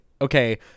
Okay